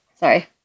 Sorry